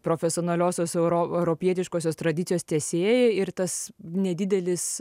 profesionaliosios euro europietiškosios tradicijos tęsėja ir tas nedidelis